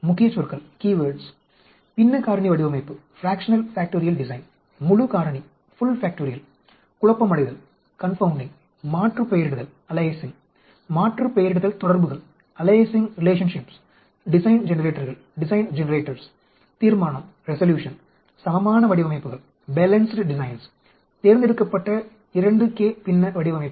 முக்கியச்சொற்கள் - பின்ன காரணி வடிவமைப்பு முழு காரணி குழப்பமடைதல் மாற்றுப்பெயரிடுதல் மாற்றுப்பெயரிடுதல் தொடர்புகள் டிசைன் ஜெனரேட்டர்கள் தீர்மானம் சமமான வடிவமைப்புகள் தேர்ந்தெடுக்கப்பட்ட 2k பின்ன வடிவமைப்புகள்